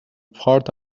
part